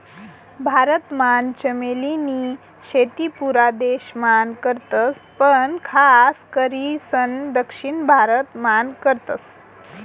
भारत मान चमेली नी शेती पुरा देश मान करतस पण खास करीसन दक्षिण भारत मान करतस